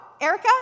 Erica